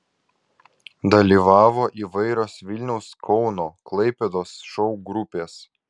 dalyvavo įvairios vilniaus kauno klaipėdos šou grupės